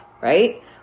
right